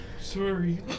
Sorry